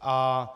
A